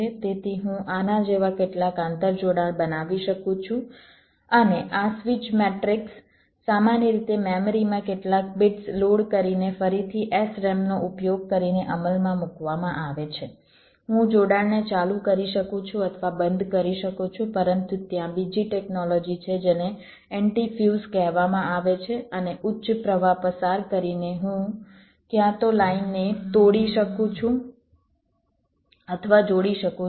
તેથી હું આના જેવા કેટલાક આંતરજોડાણ બનાવી શકું છું અને આ સ્વિચ મેટ્રિક્સ સામાન્ય રીતે મેમરીમાં કેટલાક બીટ્સ લોડ કરીને ફરીથી SRAM નો ઉપયોગ કરીને અમલમાં મૂકવામાં આવે છે હું જોડાણને ચાલુ કરી શકું છું અથવા બંધ કરી શકું છું પરંતુ ત્યાં બીજી ટેકનોલોજી છે જેને એન્ટિ ફ્યુઝ કહેવામાં આવે છે અને ઉચ્ચ પ્રવાહ પસાર કરીને હું ક્યાં તો લાઇનને તોડી શકું છું અથવા જોડી શકું છું